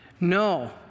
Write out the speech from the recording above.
No